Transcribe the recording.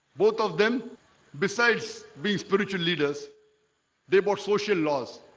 both of them besides being spiritual leaders they brought social laws,